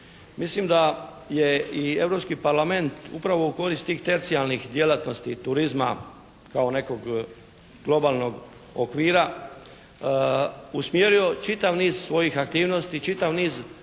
Mislim da je i europski Parlament upravo u korist tih tercijarnih djelatnosti turizma kao nekog globalnog okvira usmjerio čitav niz svojih aktivnosti i čitav niz svojih